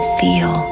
feel